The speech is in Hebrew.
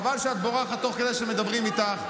חבל שאת בורחת תוך כדי שמדברים איתך.